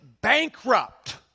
bankrupt